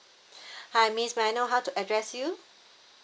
hi miss may I know how to address you